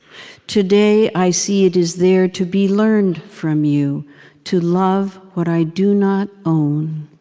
today i see it is there to be learned from you to love what i do not own.